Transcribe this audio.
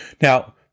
Now